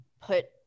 put